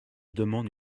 demande